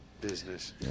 business